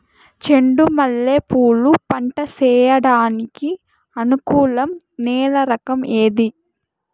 చెండు మల్లె పూలు పంట సేయడానికి అనుకూలం నేల రకం ఏది